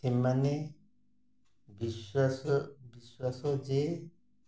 ସେମାନେ ବିଶ୍ୱାସ ବିଶ୍ୱାସ ଯେ